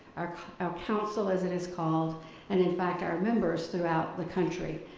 our council, as it is called and in fact our members throughout the country.